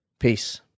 Peace